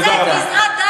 תודה רבה.